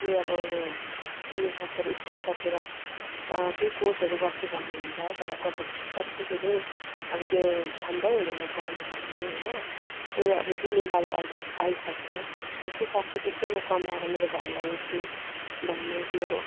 कि अब यो उयो स्कुल सकेर केही कोर्सहरू गर्छु भन्ने हुन्छ तर कब कत्तिको चाहिँ अब त्यो क्षमतै हुँदैन पढ्नुसक्ने होइन त्यही अब जिम्मेवारी आइ आइसक्छ जस्तो सक्यो त्यस्तै म कमाएर मेरो घरलाई हेर्छु भन्ने त्यो